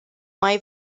mae